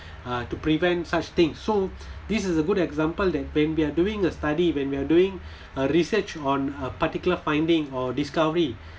uh to prevent such thing so this is a good example that when we're doing a study when we're doing a research on a particular finding or discovery